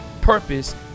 purpose